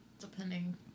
Depending